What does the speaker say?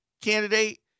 candidate